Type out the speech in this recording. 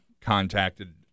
contacted